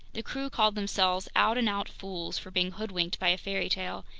the crew called themselves out-and-out fools for being hoodwinked by a fairy tale,